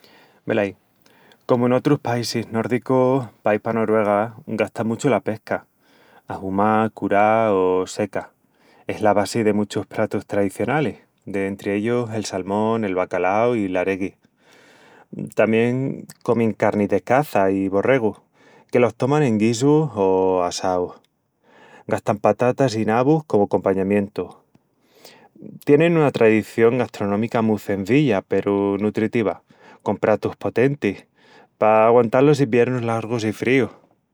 Velaí, comu n'otrus paísis nórdicus, paí pa Noruega gastan muchu la pesca, ahumá, curá o seca... Es la basi de muchus pratus tradicionalis, dentri ellus, el salmón, el bacalau i l'aregui. Tamién comin carnis de caça i borregu, que los toman en guisus o asaus. Gastan patatas i nabus como compañamientus. Tienin una tradición gastronómica mu cenzilla peru nutritiva, con pratus potentis, pa aguantal los iviernus largus i fríus.